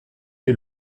est